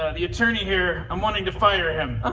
ah the attorney here, i'm wanting to fire him.